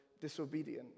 disobedient